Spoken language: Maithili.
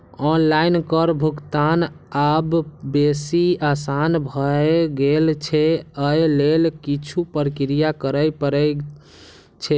आनलाइन कर भुगतान आब बेसी आसान भए गेल छै, अय लेल किछु प्रक्रिया करय पड़ै छै